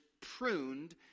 pruned